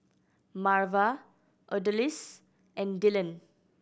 Marva Odalys and Dylon